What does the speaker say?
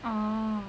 orh